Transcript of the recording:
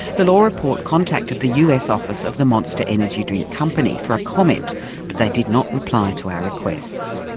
the law report contacted the us office of the monster energy drink company for a comment but they did not reply to our requests.